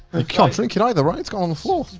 ah can't drink it either, right? it's gone on the floor.